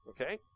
Okay